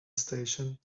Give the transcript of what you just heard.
station